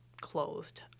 clothed